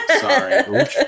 Sorry